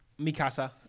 Mikasa